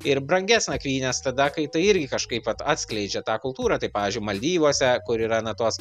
ir brangias nakvynes tada kai tai irgi kažkaip vat atskleidžia tą kultūrą tai pavyžiui maldyvuose kur yra na tos